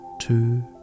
two